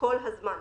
כל הזמן.